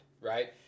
right